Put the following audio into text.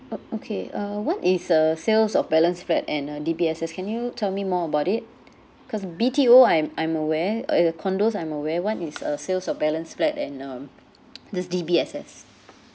orh okay uh what is a sales of balance flat and a D_B_S_S can you tell me more about it cause B_T_O I'm I'm aware uh condos I'm aware what is a sales of balance flat and um this D_B_S_S